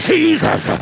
Jesus